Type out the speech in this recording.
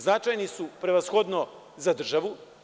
Značajni su prevashodno za državu.